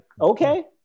okay